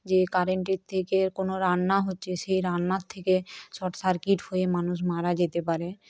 যে কারেন্টের থেকে কোনো রান্না হচ্ছে সেই রান্নার থেকে শর্ট সার্কিট হয়ে মানুষ মারা যেতে পারে